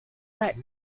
might